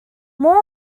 more